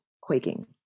quaking